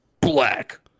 Black